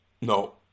No